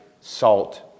salt